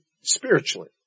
spiritually